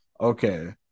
okay